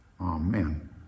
Amen